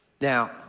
Now